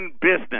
business